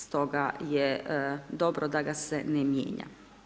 Stoga je dobro da ga se ne mijenja.